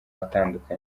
atandukanye